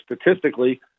statistically